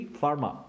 Pharma